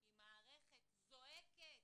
עם מערכת זועקת,